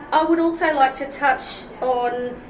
i would also like to touch on